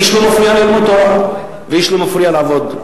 איש לא מפריע ללמוד תורה ואיש לא מפריע לעבוד.